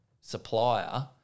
supplier